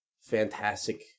fantastic